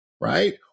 right